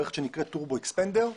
מערכת שנקראת טורפדו אקספנדר,